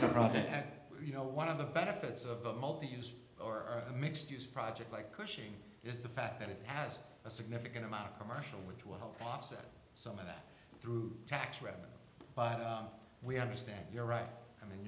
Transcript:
that you know one of the benefits of a multi use or a mixed use project like cushing is the fact that it has a significant amount of commercial which will help offset some of that through tax revenue but we understand you're right i mean